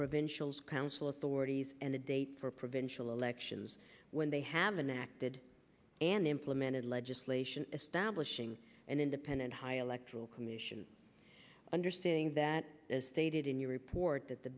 provincial council authorities and a date for provincial elections when they haven't acted and implemented legislation establishing an independent high electoral commission understanding that as stated in your report that the